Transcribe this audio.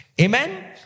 Amen